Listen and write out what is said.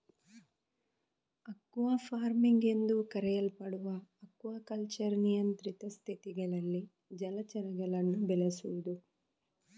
aqua farming ಎಂದೂ ಕರೆಯಲ್ಪಡುವ aquaculture ನಿಯಂತ್ರಿತ ಸ್ಥಿತಿಗಳಲ್ಲಿ ಜಲಚರಗಳನ್ನು ಬೆಳೆಸುದು